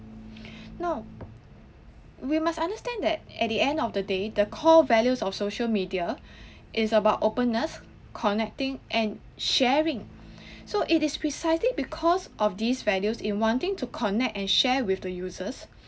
no we must understand that at the end of the day the core values of social media it's about openness connecting and sharing so it is precisely because of these values in wanting to connect and share with the users